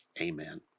Amen